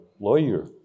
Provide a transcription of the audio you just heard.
lawyer